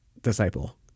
disciple